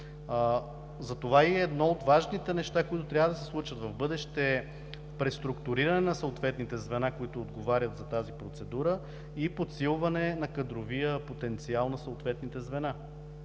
Затова и едно от важните неща, които трябва да се случат в бъдеще, е преструктуриране на съответните звена, които отговарят за тази процедура, и подсилване на кадровия потенциал на съответните звена.